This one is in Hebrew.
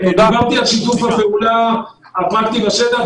דיברתי על שיתוף הפעולה הפרקטי בשטח,